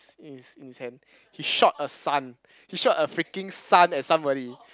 is insane he shot a sun he shot a freaking sun at somebody